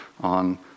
on